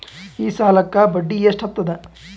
ಈ ಸಾಲಕ್ಕ ಬಡ್ಡಿ ಎಷ್ಟ ಹತ್ತದ?